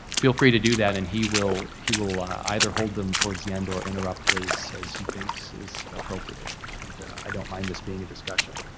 feel free to do that and he will he will either hold them towards the end or interrupt as he thinks is appropriate. and i don't mind this being a discussion.